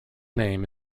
name